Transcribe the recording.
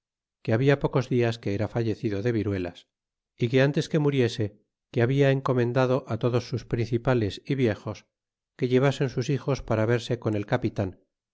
que habla pocos dias que era fallecido de viruelas y que ántes que muriese que habia encomendado todos sus principales y viejos que llevasen sus hijos para verse con el capitan